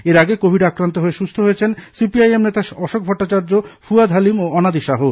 এর আগে কোভিড আক্রান্ত হয়ে সুস্থ হয়েছেন সেপিআইএম নেতা অশোক ভট্টাচার্য্য ফুয়াদ হালিম ও অনাদি শাহু